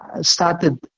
started